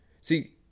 See